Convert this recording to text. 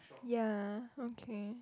ya okay